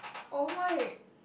oh my